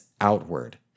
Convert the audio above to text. outward